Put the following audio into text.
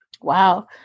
Wow